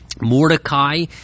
Mordecai